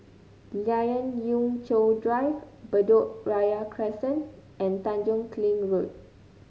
Lien Ying Chow Drive Bedok Ria Crescent and Tanjong Kling Road